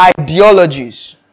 ideologies